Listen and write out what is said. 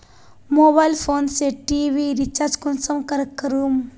Mobile phone से TV recharge कुंसम करे करूम?